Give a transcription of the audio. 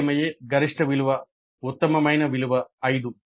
సాధ్యమయ్యే గరిష్ట విలువ ఉత్తమమైన విలువ 5